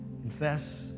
confess